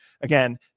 again